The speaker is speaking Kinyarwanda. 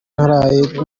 naraye